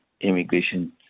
immigration